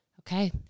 Okay